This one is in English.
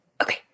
Okay